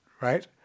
right